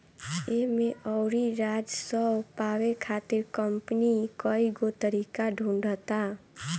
एमे अउरी राजस्व पावे खातिर कंपनी कईगो तरीका ढूंढ़ता